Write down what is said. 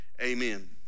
amen